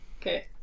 Okay